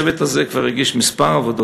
הצוות הזה כבר הגיש כמה עבודות.